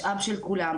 משאב של כולם.